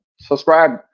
subscribe